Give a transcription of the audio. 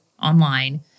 online